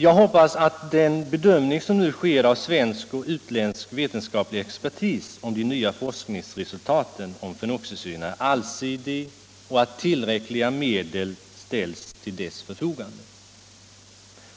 Jag hoppas att den bedömning som svensk och utländsk vetenskaplig expertis nu gör av de nya forskningsresultaten om fenoxisyrorna är allsidig och att tillräckliga medel ställts till förfogande